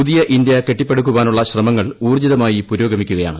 പുതിയ ഇന്തൃ കെട്ടിപടുക്കാനുള്ള ശ്രമങ്ങൾ ഊർജ്ജിതമായി പുരോഗമിക്കുകയാണ്